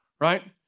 right